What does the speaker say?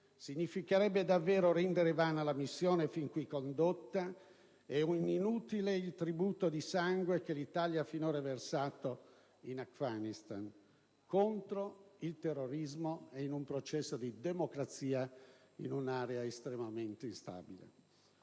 significherebbe davvero rendere vana la missione fin qui condotta e inutile il tributo di sangue che l'Italia ha finora versato in Afghanistan contro il terrorismo, in un processo di democrazia in un'area estremamente instabile.